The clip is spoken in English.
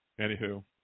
anywho